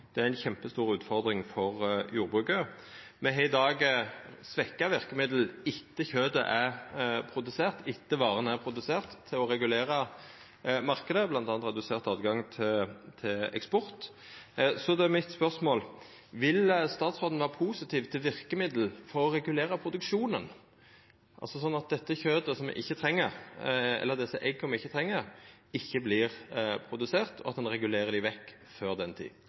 Det er ei kjempestor utfordring for jordbruket. Me har i dag svekte verkemiddel etter at kjøtet er produsert, etter at varene er produserte, for å regulera marknaden, bl.a. redusert høve til eksport. Så då er mitt spørsmål: Vil statsråden vera positiv til verkemiddel for å regulera produksjonen, sånn at det kjøtet me ikkje treng, eller dei egga me ikkje treng, ikkje vert produserte, og at ein regulerer dei vekk før den